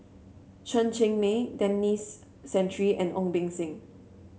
Chen Cheng Mei Denis Santry and Ong Beng Seng